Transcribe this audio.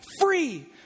free